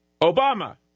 Obama